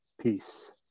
Peace